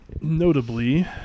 notably